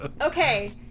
Okay